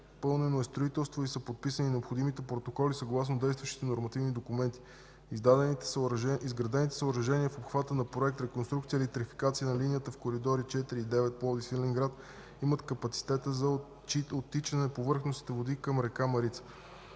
изпълнено е строителство и са подписани необходимите протоколи съгласно действащите нормативни документи. Изградените съоръжения в обхвата на Проект „Реконструкция и електрификация на линията в коридори 4 и 9 Пловдив – Свиленград” имат капацитета за оттичане повърхностните води към река Марица.